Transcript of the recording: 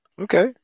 Okay